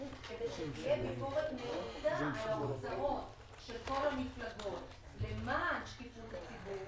כדי שתהיה ביקורת נאותה על ההוצאות של כל המפלגות למען שקיפות הציבור